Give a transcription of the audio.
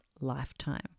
lifetime